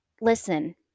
listen